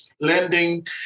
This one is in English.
Lending